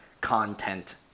content